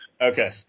Okay